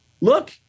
look